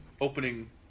opening